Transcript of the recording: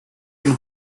and